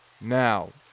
Now